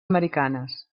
americanes